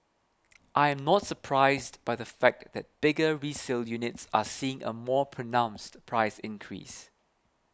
I'm not surprised by the fact that bigger resale units are seeing a more pronounced price increase